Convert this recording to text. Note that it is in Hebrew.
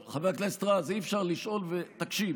חבר הכנסת רז, אי-אפשר לשאול ואז, תקשיב.